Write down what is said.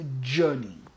journey